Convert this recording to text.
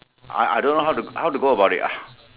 I I I don't how to how to go about it ah